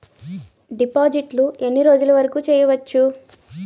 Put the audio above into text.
డిపాజిట్లు ఎన్ని రోజులు వరుకు చెయ్యవచ్చు?